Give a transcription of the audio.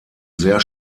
sehr